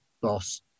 boss